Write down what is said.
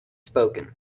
spoken